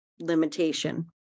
limitation